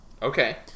Okay